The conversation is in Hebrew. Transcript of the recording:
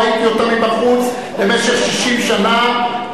ראיתי אותה מבחוץ במשך 60 שנה.